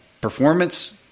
performance